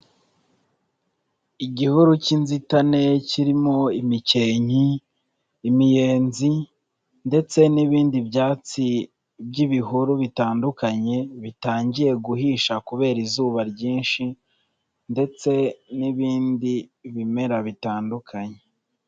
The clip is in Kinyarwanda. Igihuru cy'inzitane kirimo imikenke, imiyenzi ndetse n'ibindi byatsi by'ibihuru bitandukanye bitangiye guhisha kubera izuba ryinshi ndetse n'ibindi bimera bitandukanye.